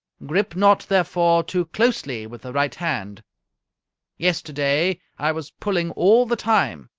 grip not, therefore, too closely with the right hand yesterday i was pulling all the time.